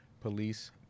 police